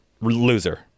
Loser